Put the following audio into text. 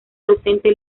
docente